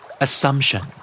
Assumption